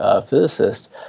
physicist